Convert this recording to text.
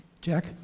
Jack